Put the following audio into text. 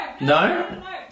No